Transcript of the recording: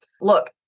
Look